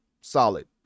solid